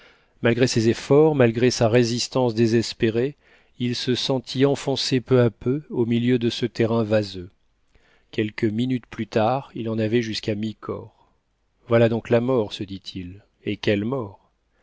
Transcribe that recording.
malgré ses efforts malgré sa résistance désespérée il se sentit enfoncer peu à peu au milieu de ce terrain vaseux quelques minutes plus tard il en avait jusqu'à mi-corps voilà donc la mort se dit-il et quelle mort